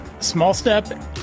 SmallStep